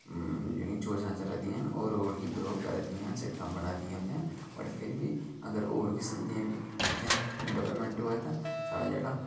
जेहड़िया योजनां चलै दियां हैन ओह् रोड़ गी ग्रो करै दियां न शिड़कां बनै दियां उत्थै बट फिर बी अगर होर किस्म दी बी उत्थै डैवलपमेंट होऐ ते साढ़ा जेह्ड़ा